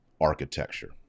architecture